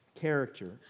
character